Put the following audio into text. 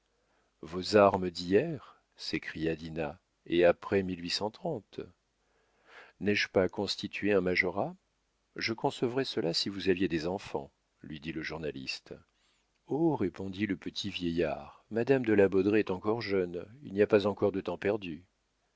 vos armes d'hier s'écria dinah et après n'ai-je pas constitué un majorat je concevrais cela si vous aviez des enfants lui dit le journaliste oh répondit le petit vieillard madame de la baudraye est encore jeune il n'y a pas encore de temps perdu